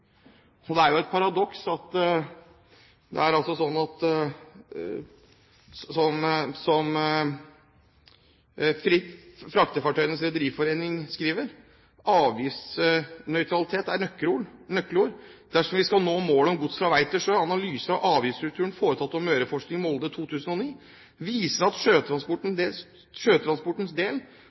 Og det er jo et paradoks – som Fraktefartøyenes Rederiforening skriver: «Avgiftsnøytralitet er et nøkkelord dersom vi skal nå målet om gods fra vei til sjø. Analyse av avgiftsstrukturen foretatt av Møreforsking Molde viser at for sjøtransportens del